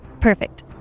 Perfect